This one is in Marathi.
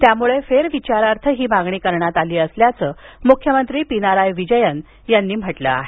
त्यामुळे फेरविचारार्थ ही मागणी करण्यात आली असल्याचं मुख्यमंत्री पिनाराय विजयन यांनी म्हटलं आहे